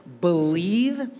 believe